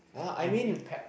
ah I mean